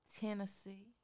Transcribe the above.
Tennessee